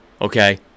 Okay